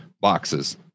boxes